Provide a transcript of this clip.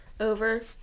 Over